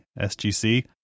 SGC